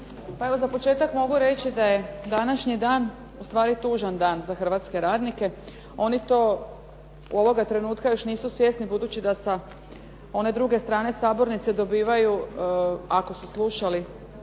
za početak mogu reći da je današnji dan ustvari tužan dan za hrvatske radnike. Oni to ovoga trenutka još nisu svjesni budući da sa one druge strane sabornice dobivaju, ako su slušali